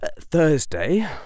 Thursday